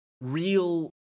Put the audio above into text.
real